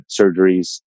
surgeries